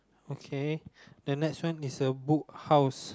okay the next one is a Book House